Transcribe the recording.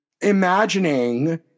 imagining